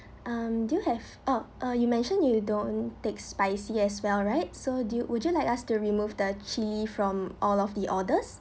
um do you have oh uh you mention you don't take spicy as well right so do you would you like us to remove the chilli from all of the orders